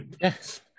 yes